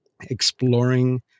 exploring